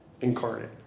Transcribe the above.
Incarnate